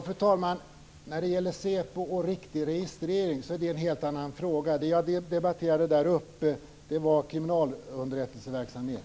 Fru talman! När det gäller säpo och riktig registrering är det en helt annan fråga. Det jag debatterade var kriminalunderrättelseverksamhet.